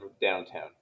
downtown